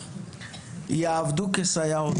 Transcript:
יעבדו כסייעות,